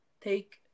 take